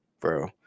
bro